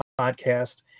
podcast